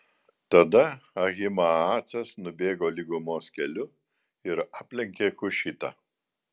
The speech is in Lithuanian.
tada ahimaacas nubėgo lygumos keliu ir aplenkė kušitą